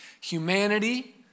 humanity